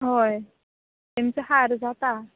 हय तेंमचो हार जाता